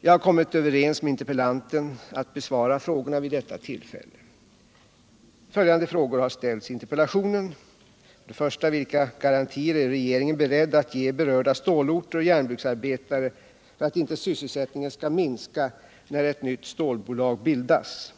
Jag har kommit överens med interpellanten att jag skulle besvara frågorna vid detta tillfälle. Följande frågor har ställts i interpellationen: 1. Vilka garantier är regeringen beredd att ge berörda stålorter och järnbruksarbetare för att inte sysselsättningen skall minska när ett nytt stålbolag bildas?